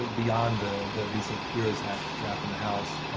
like beyond the the recent heroes act draft in the house,